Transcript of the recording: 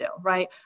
right